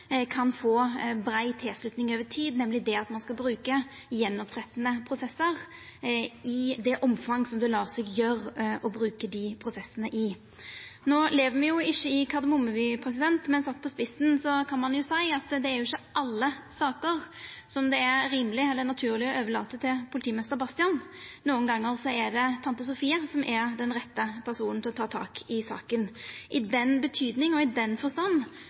kan få brei tilslutning over tid, nemleg det at ein skal bruka gjenopprettande prosessar i det omfanget det lèt seg gjera å bruka dei prosessane. No lever me ikkje i Kardemomme by, men sett på spissen kan ein jo seia at det er ikkje alle saker som det er rimeleg eller naturleg å overlata til politimeister Bastian. Nokre gonger er det tante Sofie som er den rette personen til å ta tak i saka. Ein har undervurdert den disiplinerande effekten av dei sosiale sanksjonane ein treffer på i